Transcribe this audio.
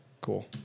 Cool